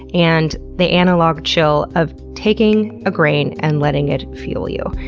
and the analog chill of taking a grain and letting it fuel you,